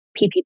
PPP